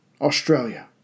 Australia